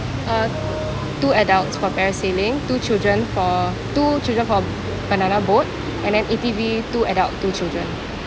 uh two adults for parasailing two children for two children for banana boat and then A_T_V two adult two children